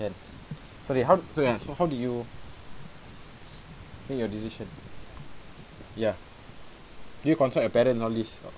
can sorry how sorry ah so how did you make your decision ya do you consult your parent all these